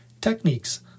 Techniques